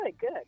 good